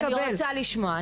אני רוצה לשמוע.